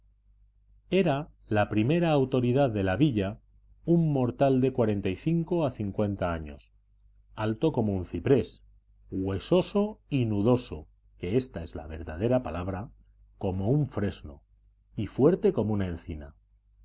era la primera autoridad de la villa un mortal de cuarenta y cinco a cincuenta años alto como un ciprés huesoso o nudoso que ésta es la verdadera palabra como un fresno y fuerte como una encina